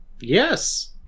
Yes